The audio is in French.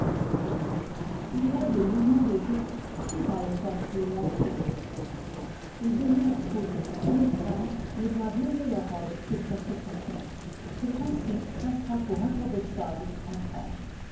il y a des mouvements de jupe qui valent un prix montyon il demeure prouvé que les femmes ne doivent lever leurs robes que très secrètement ce principe passera pour incontestable en france